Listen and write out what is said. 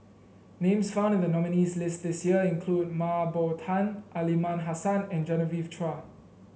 names found in the nominees' list this year include Mah Bow Tan Aliman Hassan and Genevieve Chua